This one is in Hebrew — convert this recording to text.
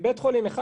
בית חולים אחד,